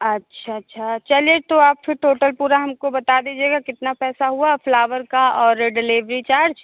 अच्छा अच्छा चलिए तो आप फिर टोटल पूरा हमको बता दीजिएगा कितना पैसा हुआ फ्लावर का और डिलेवरी चार्ज